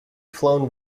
flown